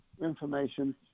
information